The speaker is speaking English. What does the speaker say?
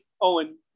Owen